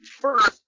first